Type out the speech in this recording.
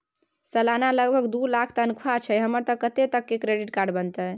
सलाना लगभग दू लाख तनख्वाह छै हमर त कत्ते तक के क्रेडिट कार्ड बनतै?